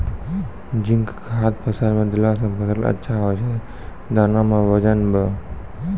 zinc खाद फ़सल मे देला से फ़सल अच्छा होय छै दाना मे वजन ब